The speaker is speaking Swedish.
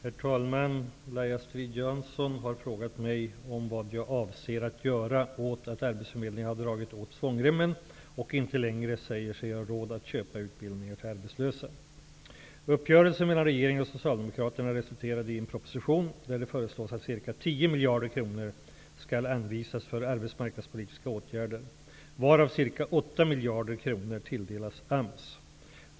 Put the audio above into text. Herr talman! Laila Strid-Jansson har frågat mig vad jag avser att göra åt att arbetsförmedlingarna har dragit åt svångremmen och inte längre säger sig ha råd att köpa utbildningar till arbetslösa. Socialdemokraterna resulterade i en proposition där det föreslås att ca 10 miljarder kronor skall anvisas för arbetsmarknadspolitiska åtgärder varav ca 8 miljarder kronor tilldelas AMS.